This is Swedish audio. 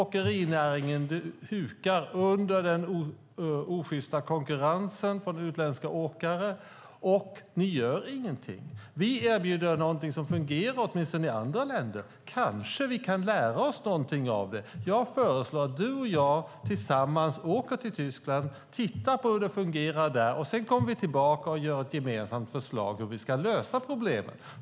Åkerinäringen hukar under den osjysta konkurrensen från utländska åkare, och ni gör ingenting. Vi erbjuder någonting som fungerar, åtminstone i andra länder. Kanske kan vi lära oss någonting av det. Jag föreslår att du och jag tillsammans åker till Tyskland och tittar på hur det fungerar där. Sedan kommer vi tillbaka och gör ett gemensamt förslag om hur vi ska lösa problemet.